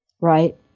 right